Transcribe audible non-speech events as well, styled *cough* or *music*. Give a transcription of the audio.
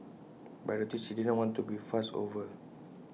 but I noticed she didn't want to be fussed over *noise*